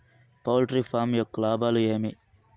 poultry farm యొక్క లాభాలు ఏమి